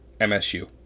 MSU